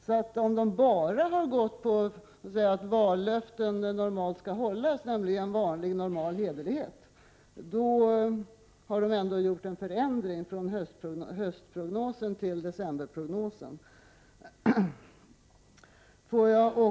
Så om institutet bara har gått efter vallöften som normalt skall hållas enligt vanlig normal hederlighet, har det ändå gjort en förändring från höstprognosen till decemberprognosen.